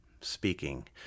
speaking